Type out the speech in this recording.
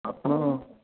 ଆପଣ